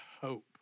hope